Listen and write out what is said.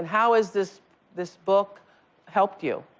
how has this this book helped you?